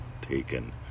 Taken